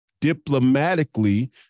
diplomatically